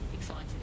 excited